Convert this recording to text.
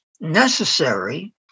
necessary